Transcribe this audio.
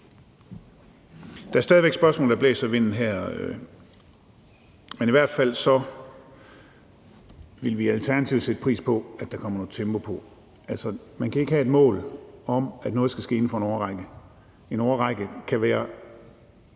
Der er stadig væk spørgsmål, der blæser i vinden her, men i hvert fald vil vi i Alternativet sætte pris på, at der kommer tempo på. Man kan ikke have et mål om, at noget skal ske inden for en årrække, for en årrække kan være